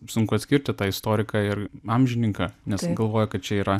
sunku atskirti tą istoriką ir amžininką nes galvoji kad čia yra